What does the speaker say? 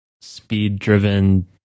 speed-driven